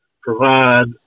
provide